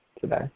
today